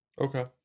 Okay